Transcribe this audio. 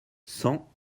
cent